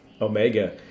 Omega